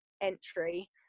entry